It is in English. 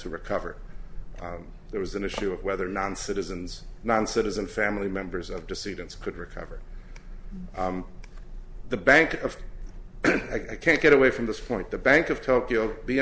to recover there was an issue of whether non citizens non citizen family members of dissidents could recover the bank of i can't get away from this point the bank of tokyo b